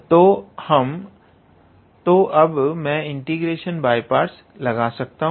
तो अब मैं इंटीग्रेशन बाय पार्ट्स लगा सकता हूं